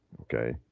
Okay